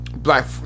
Black